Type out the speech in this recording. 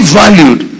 valued